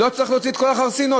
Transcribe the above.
לא צריך להוציא את כל החרסינות.